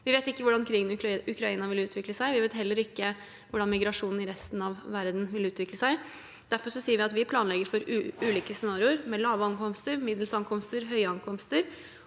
Vi vet ikke hvordan krigen i Ukraina vil utvikle seg. Vi vet heller ikke hvordan migrasjonen i resten av verden vil utvikle seg. Derfor sier vi at vi planlegger for ulike scenarioer, med lave ankomster, middels ankomster, høye ankomster.